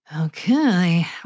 Okay